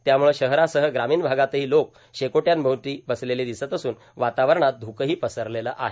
त्यामुळं शहरासह ग्रामीण भागातही लोक शेकोट्यांभोवती बसलेले दिसत असून वातावरणात ध्रुकेही परिसले आहेत